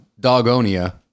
dogonia